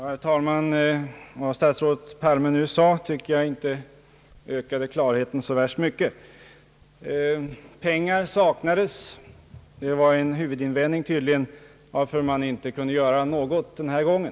Herr talman! Vad statsrådet Palme nu sade tycker jag inte ökade klarheten så värst mycket. Huvudorsaken till att man inte kunde göra något den här gången var tydligen att pengar saknades.